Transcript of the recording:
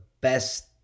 best